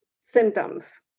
symptoms